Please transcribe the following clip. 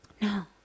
No